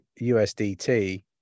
USDT